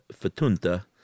fatunta